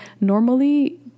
normally